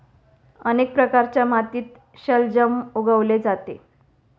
अनेक प्रकारच्या मातीत शलजम उगवले जाते